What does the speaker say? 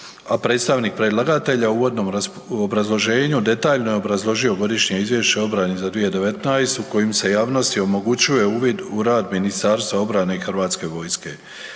predstavnik predlagatelja u uvodnom obrazloženju detaljno je obrazložio Godišnje izvješće o obrani za 2019. kojim se javnosti omogućuje uvid u rad Ministarstva obrane i Hrvatske vojske.